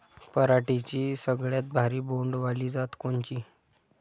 पराटीची सगळ्यात भारी बोंड वाली जात कोनची?